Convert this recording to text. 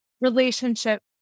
relationship